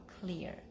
clear